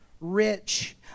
rich